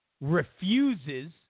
refuses